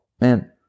man